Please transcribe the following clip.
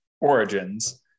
Origins